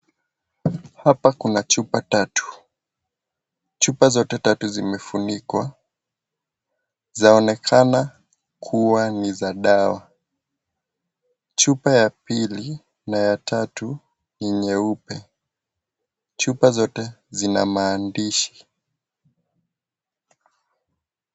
Hapa kuna chupa tatu, chupa zote tatu zimefunikwa, zaonekana kuwa niza dawa, chupa ya pili na ya tatu ni nyeupe, chupa zote zina maandishi.